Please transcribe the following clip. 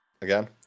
again